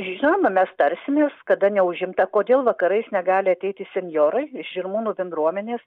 žinoma mes tarsimės kada neužimta kodėl vakarais negali ateiti senjorai žirmūnų bendruomenės